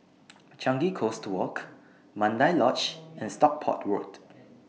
Changi Coast Walk Mandai Lodge and Stockport Road